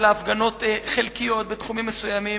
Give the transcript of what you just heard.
אלא הפגנות חלקיות בתחומים מסוימים.